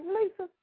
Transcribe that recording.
Lisa